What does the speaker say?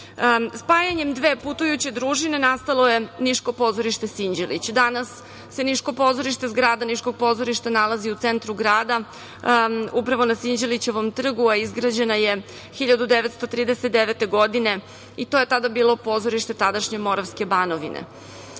Spajanjem dve putujuće družine nastalo je Niško pozorište Sinđelić. Danas se Niško pozorište, zgrada Niškog pozorišta nalazi u centru grada, upravo na Sinđelićevom trgu, a izgrađena je 1939. godine i to je tada bilo pozorište tadašnje Moravske banovine. Želim